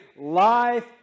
Life